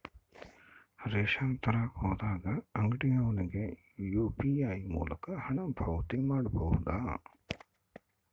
Ration ತರಕ ಹೋದಾಗ ಅಂಗಡಿಯವನಿಗೆ ಯು.ಪಿ.ಐ ಮೂಲಕ ಹಣ ಪಾವತಿ ಮಾಡಬಹುದಾ?